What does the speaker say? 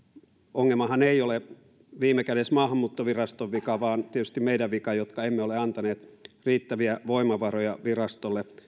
ongelmahan ei ole viime kädessä maahanmuuttoviraston vika vaan tietysti meidän vikamme jotka emme ole antaneet riittäviä voimavaroja virastolle